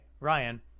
Ryan